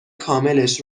کاملش